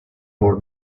for